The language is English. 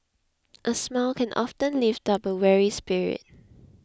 a smile can often lift up a weary spirit